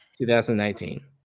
2019